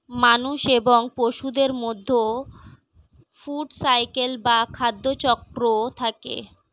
মানুষ এবং পশুদের মধ্যে ফুড সাইকেল বা খাদ্য চক্র থাকে